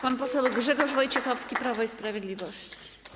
Pan poseł Grzegorz Wojciechowski, Prawo i Sprawiedliwość.